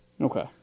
Okay